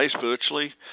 virtually